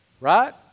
Right